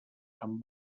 amb